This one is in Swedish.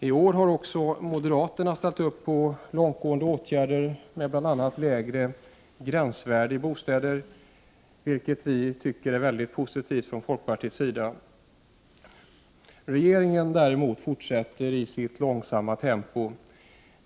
I år har också moderaterna ställt sig bakom långtgående krav på åtgärder, bl.a. lägre gränsvärde i bostäder, vilket vi från folkpartiets sida tycker är mycket positivt. Regeringen däremot fortsättter i sitt långsamma tempo.